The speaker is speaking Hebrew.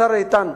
השר איתן,